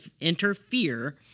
interfere